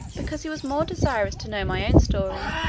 because he was more desirous to know my own story,